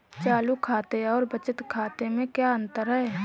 चालू खाते और बचत खाते में क्या अंतर है?